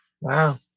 Wow